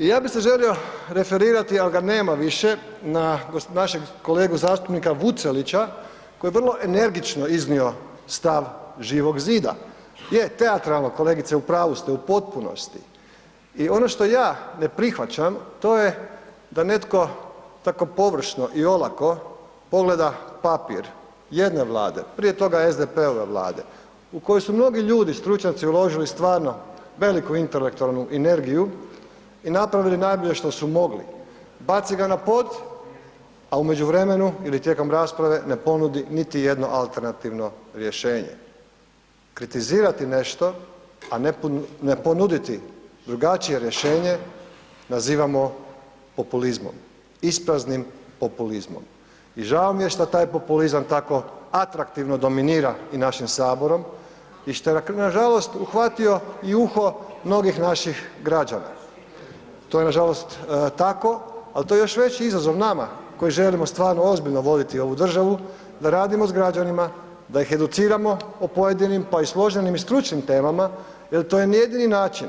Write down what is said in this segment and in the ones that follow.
I ja bi se želio referirati, al ga nema više, na našeg kolegu zastupnika Vucelića koji je vrlo energično iznio stav Živog zida, je teatralno kolegice u pravu ste u potpunosti i ono što ja ne prihvaćam to je da netko tako površno i olako pogleda papir jedne Vlade, prije toga SDP-ove Vlade u koji su mnogi ljudi stručnjaci uložili stvarno veliku intelektualnu energiju i napravili najbolje što su mogli, baci ga na pod, a u međuvremenu ili tijekom rasprave ne ponudi niti jedno alternativno rješenje, kritizirati nešto, a ne ponuditi drugačije rješenje nazivamo populizmom, ispraznim populizmom i žao mi je šta taj populizam tako atraktivno dominira i našim saborom i što je nažalost uhvatio i uho mnogih naših građana, to je nažalost tako, al to je još veći izazov nama koji želimo stvarno ozbiljno voditi ovu državu, da radimo s građanima, da ih educiramo o pojedinim, pa i složenim i stručnim temama jel to je jedini način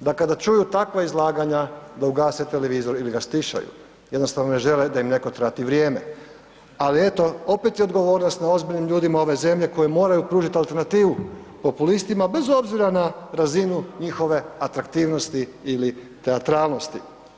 da kada čuju takva izlaganja da ugase televizor ili ga stišaju, jednostavno ne žele da im netko trati vrijeme, ali eto opet je odgovornost na ozbiljnim ljudima ove zemlje koji moraju pružiti alternativu populistima bez obzira na razinu njihove atraktivnosti ili teatralnosti.